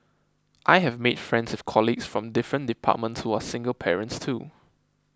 I have made friends with colleagues from different departments who are single parents too